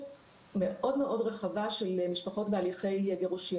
מאוד רחבה של משפחות בהליכי גירושין,